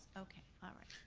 okay, alright,